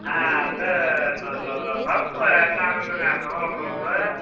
வந்து பருப்பு என்ன ரேட்டுங்க துவரம் பருப்பு